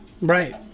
Right